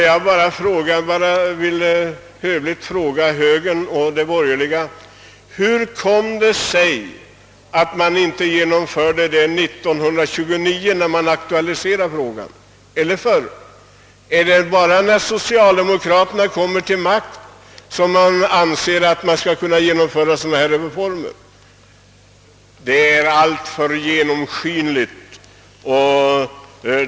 Jag vill bara hövligt fråga högern och övriga borgerliga: Hur kommer det sig att man inte genomförde den saken år 1929, när frågan aktualiserades? Är det bara när socialdemokraterna befinner sig vid makten som det anses att sådana här reformer skall kunna genomföras?